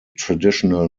traditional